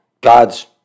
God's